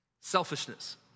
selfishness